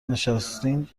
نشستیم